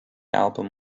album